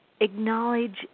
acknowledge